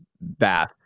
bath